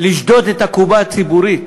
לשדוד את הקופה הציבורית